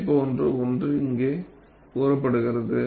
அதைப்போன்ற ஒன்று இங்கே கூறப்படுகிறது